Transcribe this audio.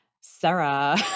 sarah